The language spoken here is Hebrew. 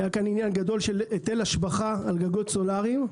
היה כאן עניין גדול של היטל השבחה על גגות סולאריים,